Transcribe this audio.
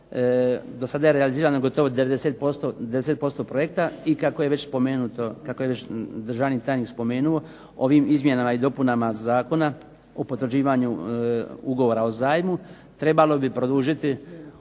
do sada je realizirano gotovo 90% projekta i kako je već državni tajnik spomenuo, ovim izmjenama i dopunama Zakona o potvrđivanju ugovora o zajmu trebalo bi produžiti